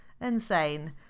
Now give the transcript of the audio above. Insane